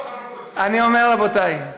אני אומר, רבותיי: